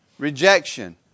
Rejection